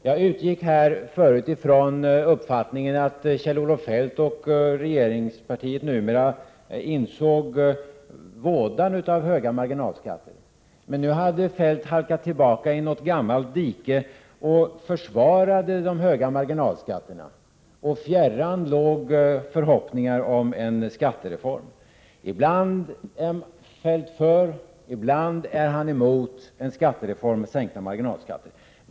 Jag utgick förut från att Kjell-Olof Feldt och regeringspartiet numera insåg vådan av höga marginalskatter. Nu har Kjell-Olof Feldt halkat tillbaka i något gammalt dike och försvarar de höga marginalskatterna. Fjärran låg förhoppningarna om en skattereform. Ibland är Kjell-Olof Feldt för, ibland är han emot en skattereform med sänkta marginalskatter.